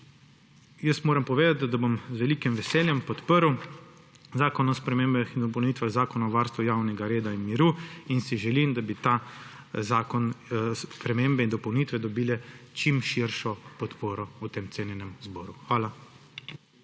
Jaz moram povedati, da bom z velikim veseljem podprl Predlog zakona o spremembah in dopolnitvah Zakona o varstvu javnega reda in miru. Želim si, da bi te spremembe in dopolnitve dobile čim širšo podporo v tem cenjenem zboru. Hvala.